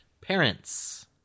parents